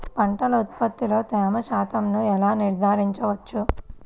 పంటల ఉత్పత్తిలో తేమ శాతంను ఎలా నిర్ధారించవచ్చు?